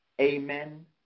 amen